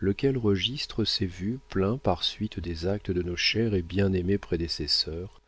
lequel registre s'est veu plein par suite des actes de nos chers et bien amés prédécessevrs